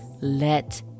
Let